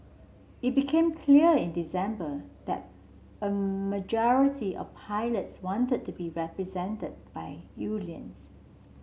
it became clear in December that a majority of pilots wanted to be represented by unions